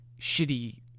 shitty